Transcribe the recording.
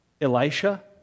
Elisha